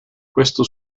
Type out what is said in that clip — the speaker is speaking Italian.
questo